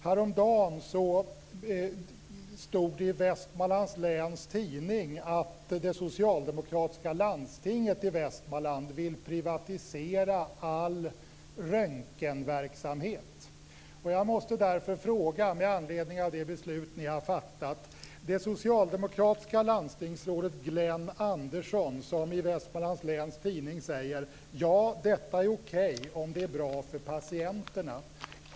Häromdagen stod det i Vestmanlands Läns Tidning att det socialdemokratiska landstinget i Västmanland vill privatisera all röntgenverksamhet. Jag måste därför med anledning av det beslut som ni har fattat fråga vad som gäller. Det socialdemokratiska landstingsrådet Glenn Andersson säger i Vestmanlands Läns Tidning: Ja, detta är okej om det är bra för patienterna.